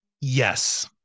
Yes